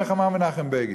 איך אמר מנחם בגין.